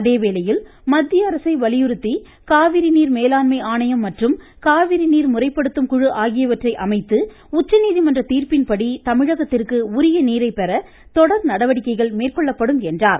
அதேவேளையில் மத்திய அரசை வலியுறுத்தி காவிரி நீர் மேலாண்மை ஆணையம் மற்றும் காவிரி நீர் முறைப்படுத்தும் குழு ஆகியவற்றை அமைத்து உச்சநீதிமன்ற தீர்ப்பின்படி தமிழகத்திற்கு உரிய நீரை பெற தொடர் நடவடிக்கைகள் மேற்கொள்ளப்படும் என்றார்